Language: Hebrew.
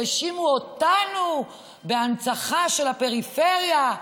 האשימו אותנו בהנצחה של הפריפריה,